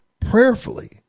prayerfully